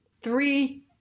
three